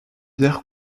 bière